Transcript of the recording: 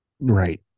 Right